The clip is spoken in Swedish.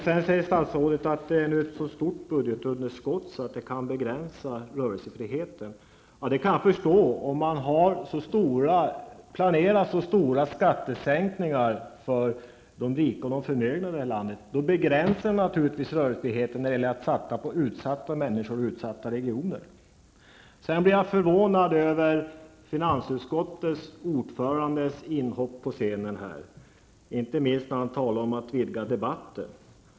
Sedan säger statsrådet att budgetunderskottet nu är så stort att det kan begränsa rörelsefriheten. Ja, det kan jag förstå om man planerar så stora skattesänkningar för de rika och förmögna här i landet. Då begränsas naturligtvis rörelsefriheten när det gäller att satsa på utsatta människor och utsatta regioner. Jag blev förvånad över finansutskottets ordförandes inhopp på scenen här, särskilt när han talade om att vidga debatten.